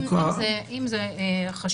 אם זה חשוד.